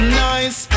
nice